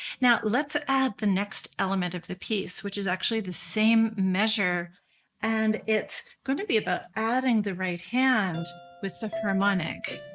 now let's add the next element of the piece, which is actually the same measure and it's going to be about adding the right hand with the harmonic.